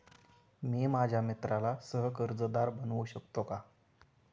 मी माझ्या मित्राला सह कर्जदार बनवू शकतो का?